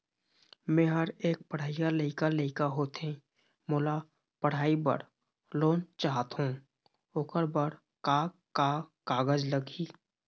मेहर एक पढ़इया लइका लइका होथे मोला पढ़ई बर लोन चाहथों ओकर बर का का कागज लगही?